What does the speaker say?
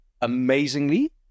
amazingly